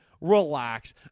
Relax